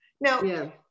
Now